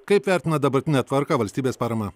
kaip vertinat dabartinę tvarką valstybės paramą